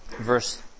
verse